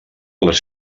les